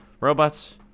robots